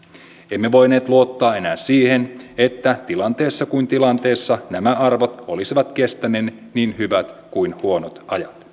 emme voineet luottaa enää siihen että tilanteessa kuin tilanteessa nämä arvot olisivat kestäneet niin hyvät kuin huonot ajat